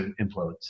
implodes